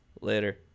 Later